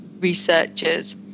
researchers